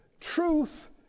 truth